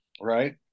right